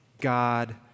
God